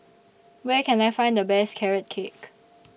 Where Can I Find The Best Carrot Cake